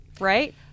Right